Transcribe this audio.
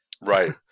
Right